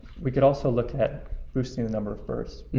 we could also look at boosting the number of births